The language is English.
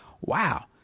wow